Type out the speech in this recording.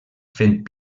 fent